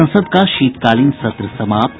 संसद का शीतकालीन सत्र समाप्त